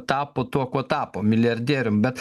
tapo tuo kuo tapo milijardierium bet